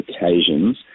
occasions